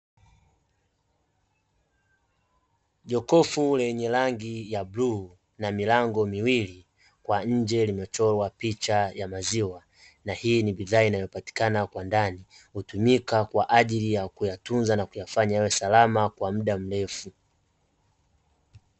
Jokofu lenye rangi ya bluu na milango miwili kwa nje limechorwa picha ya maziwa, na hii ni bidhaa inayopatikana kwa ndani hutumika kwa ajili ya kuyatunza na kuyafanya yawe salama kwa muda mrefu.